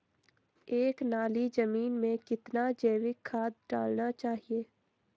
एक नाली जमीन में कितना जैविक खाद डालना चाहिए?